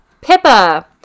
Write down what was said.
Pippa